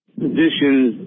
positions